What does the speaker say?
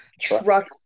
truck